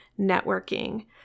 networking